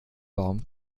baum